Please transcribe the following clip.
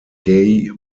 gaye